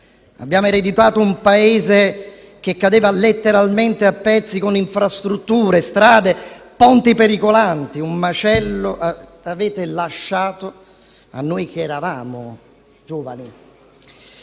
Abbiamo ereditato un Paese che cadeva letteralmente a pezzi con infrastrutture, strade, ponti pericolanti: avete lasciato un macello a noi, che eravamo giovani.